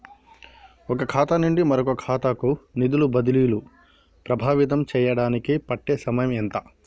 ఒక ఖాతా నుండి మరొక ఖాతా కు నిధులు బదిలీలు ప్రభావితం చేయటానికి పట్టే సమయం ఎంత?